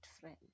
friend